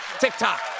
TikTok